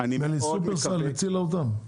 נדמה לי ששופרסל הצילה אותם?